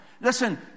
listen